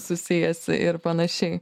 susijęs ir panašiai